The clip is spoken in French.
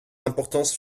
importance